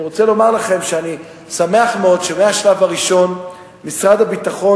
אני רוצה לומר לכם שאני שמח מאוד שמהשלב הראשון משרד הביטחון,